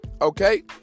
Okay